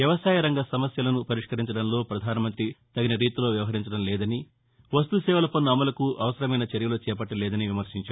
వ్యవసాయ రంగ సమస్యలను పరిష్కరించడంలో ప్రెధానమంతి తగిన రీతిలో వ్యవహరించలేదని వస్తు సేవల పన్ను అమలుకు అవసరమైన చర్యలు చేపట్టలేదని విమర్శించారు